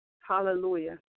hallelujah